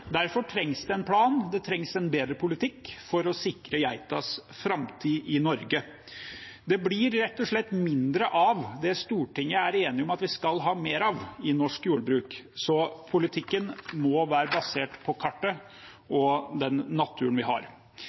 Derfor trengs det en plan, det trengs en bedre politikk for å sikre geitas framtid i Norge. Det blir rett og slett mindre av det Stortinget er enige om at vi skal ha mer av i norsk jordbruk, så politikken må være basert på kartet og den naturen vi har.